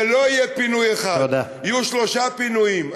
זה לא יהיה פינוי אחד, יהיו שלושה פינויים.